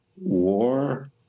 war